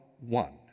one